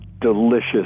delicious